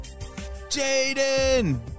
Jaden